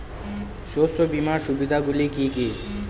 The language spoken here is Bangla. শস্য বিমার সুবিধাগুলি কি কি?